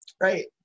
Right